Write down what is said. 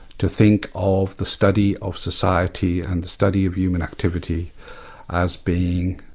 to think of the study of society and the study of human activity as being